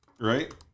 right